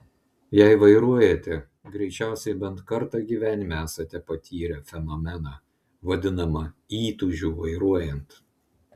jei vairuojate greičiausiai bent kartą gyvenime esate patyrę fenomeną vadinamą įtūžiu vairuojant